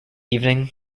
evening